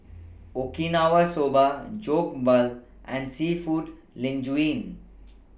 Okinawa Soba Jokbal and Seafood Linguine